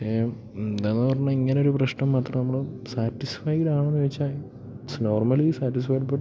പക്ഷെ എന്താന്ന് പറഞ്ഞാൽ ഇങ്ങനൊര് പ്രശ്നം മാത്രം നമ്മൾ സാറ്റിസ്ഫൈഡാണോന്ന് ചോദിച്ചാൽ യെസ് നോർമലി സാറ്റിസ്ഫൈഡ് ബട്ട്